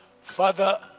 Father